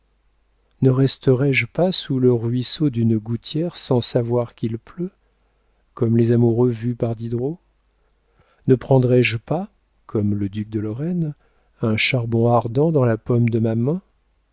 ne resterais je pas sous le ruisseau d'une gouttière sans savoir qu'il pleut comme les amoureux vus par diderot ne prendrais je pas comme le duc de lorraine un charbon ardent dans la paume de ma main